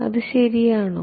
അത് ശരിയാണോ